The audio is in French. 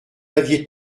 aviez